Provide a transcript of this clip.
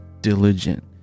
diligent